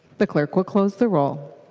the clerk will close the roll.